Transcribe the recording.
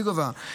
והיא גובה,